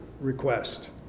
request